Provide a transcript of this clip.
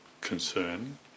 concern